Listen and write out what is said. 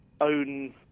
own